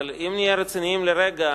אבל אם נהיה רציניים לרגע,